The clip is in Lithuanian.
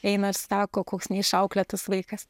eina ir sako koks neišauklėtas vaikas